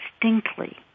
distinctly